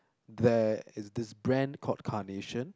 there is this brand called carnation